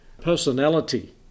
personality